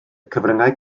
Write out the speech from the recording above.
cyfryngau